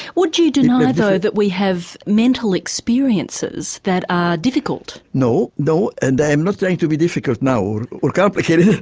would you deny though that we have mental experiences that are difficult? no, no and i'm not trying to be difficult now or or complicated.